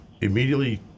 immediately